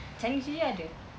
chinese new year ada